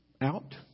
out